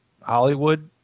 Hollywood